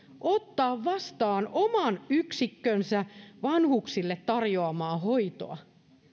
ottaa vastaan oman yksikkönsä vanhuksille tarjoamaa hoitoa